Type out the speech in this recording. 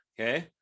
okay